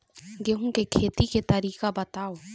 गेहूं के खेती के तरीका बताव?